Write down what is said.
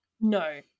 No